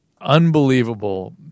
unbelievable